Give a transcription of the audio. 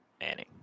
Manning